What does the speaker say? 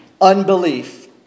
unbelief